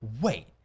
Wait